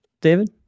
David